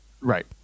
right